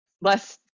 less